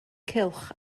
cylch